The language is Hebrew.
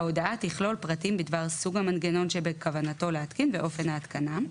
ההודעה תכלול פרטים בדבר סוג המנגנון שבכוונתו להתקין ואופן ההתקנה,